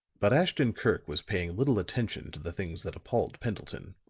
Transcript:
but ashton-kirk was paying little attention to the things that appalled pendleton.